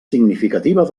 significativa